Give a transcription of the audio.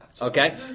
Okay